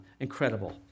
Incredible